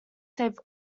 saved